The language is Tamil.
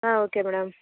ah okay madam